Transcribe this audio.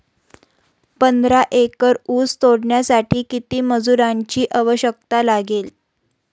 पंधरा एकर ऊस तोडण्यासाठी किती मजुरांची आवश्यकता लागेल?